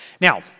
Now